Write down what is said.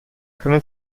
können